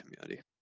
community